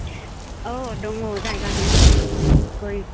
औ दङ जायगा दङ गय